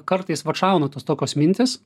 kartais vat šauna tos tokios mintys